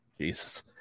Jesus